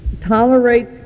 Tolerate